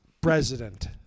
president